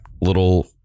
little